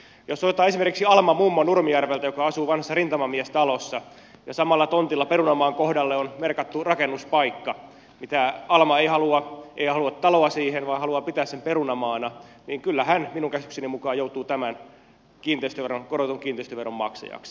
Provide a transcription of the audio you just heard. jos otetaan esimerkiksi alma mummo nurmijärveltä joka asuu vanhassa rintamamiestalossa ja samalle tontille perunamaan kohdalle on merkattu rakennuspaikka ja tämä alma ei halua taloa siihen vaan haluaa pitää sen perunamaana niin kyllä hän minun käsitykseni mukaan joutuu tämän korotetun kiinteistöveron maksajaksi